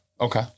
Okay